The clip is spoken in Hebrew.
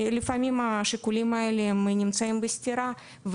לפעמים השיקולים האלה נמצאים בסתירה,